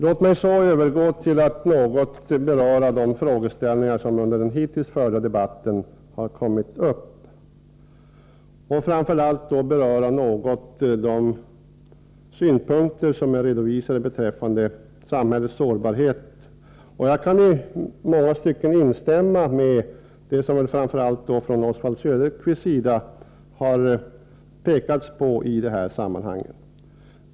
Låt mig så övergå till att något beröra de frågeställningar som under den hittills förda debatten har kommit upp, framför allt då de synpunkter som har redovisats beträffande samhällets sårbarhet. Jag kan i många stycken instämma i vad Oswald Söderqvist har pekat på i detta sammanhang.